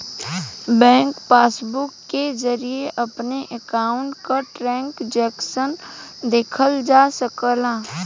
bank passbook के जरिये अपने अकाउंट क ट्रांजैक्शन देखल जा सकला